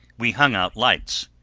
we hung out lights,